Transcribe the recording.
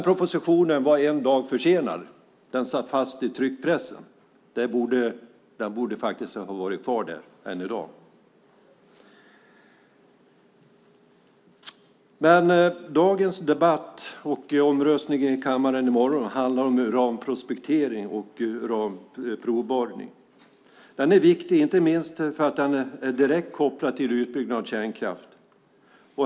Propositionen var en dag försenad - den satt fast i tryckpressen. Den borde ha fått vara kvar där. Dagens debatt och omröstningen i kammaren i morgon handlar om uranprospektering och provborrning. Den är viktig, inte minst för att den är direkt kopplad till utbyggnad av kärnkraft.